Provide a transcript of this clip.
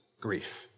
grief